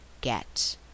get